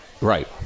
right